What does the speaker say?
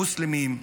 מוסלמים,